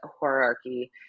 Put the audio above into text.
hierarchy